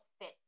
fit